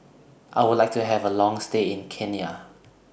I Would like to Have A Long stay in Kenya